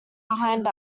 behind